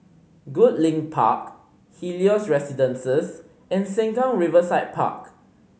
Goodlink Park Helios Residences and Sengkang Riverside Park